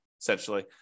essentially